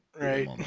Right